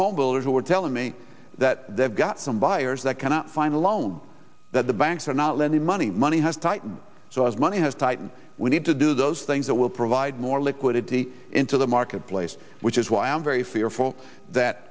homebuilders who are telling me that they've got some buyers that cannot find a loan that the banks are not lending money money has tightened so as money has tightened we need to do those things that will provide more liquidity into the marketplace which is why i am very fearful that